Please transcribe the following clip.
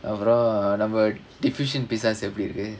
அப்புறம் நம்ம:appuram namma deficient பிசாசு எப்டி இருக்கு:pisaasu epdi irukku